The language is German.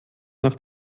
nach